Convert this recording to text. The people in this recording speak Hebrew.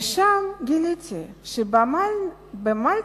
ושם גיליתי שבמלטה